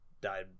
died